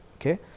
okay